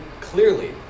clearly